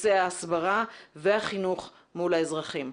נושא ההסברה והחינוך מול האזרחים.